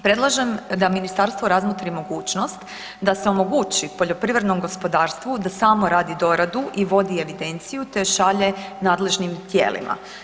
Predlažem da ministarstvo razmotri mogućnost da se omogući poljoprivrednom gospodarstvu da samo radi doradu i vodi evidenciju te šalje nadležnim tijelima.